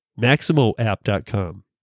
Maximoapp.com